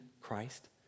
Christ